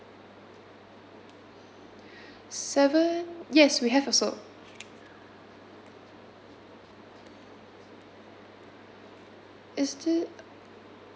seven yes we have also is